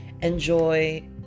enjoy